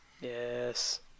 yes